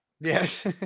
Yes